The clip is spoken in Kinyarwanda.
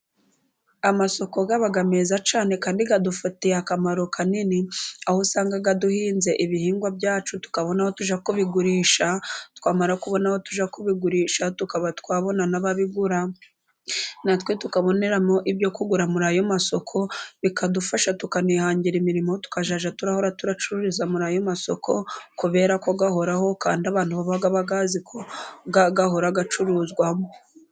Amasoko aba meza cyane kandi adufitiye akamaro kanini, aho usanga duhinze ibihingwa byacu tukabona aho tujya kubigurisha, twamara kubona aho tujya kubigurisha tukaba twabona n'ababigura, natwe tukaboneramo ibyo kugura muri ayo masoko, bikadufasha tukanihangira imirimo tukazajya turahora turacururiza muri ayo masoko, kubera ko ahoraho kandi abantu baba bayazi ko ahora acuruzwamo.